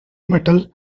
metal